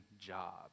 job